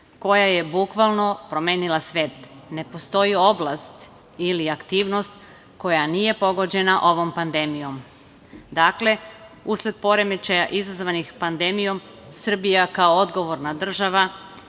koja je bukvalno promenila svet. Ne postoji oblast ili aktivnost koja nije pogođena ovom pandemijom. Dakle, usled poremećaja izazvanih pandemijom Srbija kao odgovorna država,